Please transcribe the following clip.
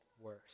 worse